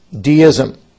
deism